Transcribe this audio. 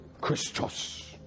Christos